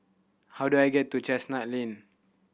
how do I get to Chestnut Lane